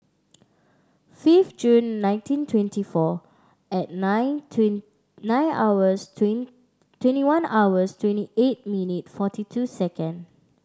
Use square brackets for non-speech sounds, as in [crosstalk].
fifth June nineteen twenty four at nine [unintelligible] nine hours [unintelligible] twenty one hours twenty eight minute forty two second